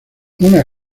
una